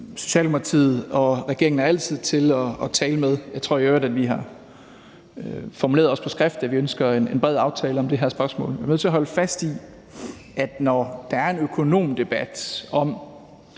Socialdemokratiet og regeringen er altid til at tale med. Jeg tror i øvrigt, vi også på skrift har formuleret, at vi ønsker en bred aftale om det her spørgsmål. Jeg er nødt til at holde fast i, at det, når der er en økonomdebat om,